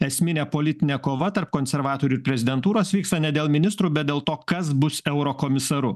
esminė politinė kova tarp konservatorių ir prezidentūros vyksta ne dėl ministrų bet dėl to kas bus eurokomisaru